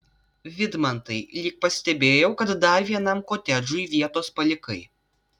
vidmantai lyg pastebėjau kad dar vienam kotedžui vietos palikai